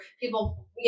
people